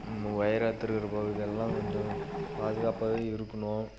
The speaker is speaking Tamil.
நம்ம ஒயர் அறுத்துருக்கிற பகுதியெல்லாம் கொஞ்சம் பாதுகாப்பாகவே இருக்கணும்